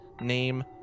name